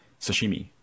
Sashimi